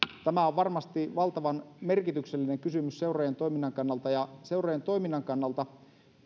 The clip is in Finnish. tämä on varmasti valtavan merkityksellinen kysymys seurojen toiminnan kannalta ja seurojen toiminnan kannalta